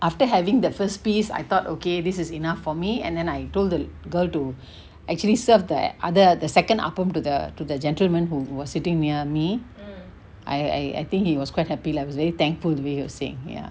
after having the first piece I thought okay this is enough for me and then I told the girl to actually serve the other the second appam to the to the gentleman who was sitting near me I I think he was quite happy lah he was thankful the way he was saying ya